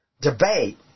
debate